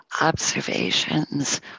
observations